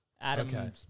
Adam